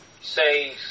say